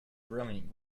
brilliant